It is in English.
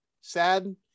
sad